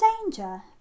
Danger